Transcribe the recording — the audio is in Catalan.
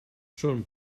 són